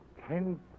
Ten